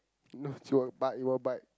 no say but it will bite